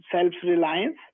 self-reliance